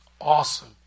awesome